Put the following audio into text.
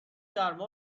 گرما